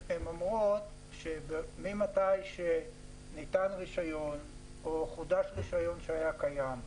אומרות שממתי שהוענק רישיון חדש או חודש רישיון ישן,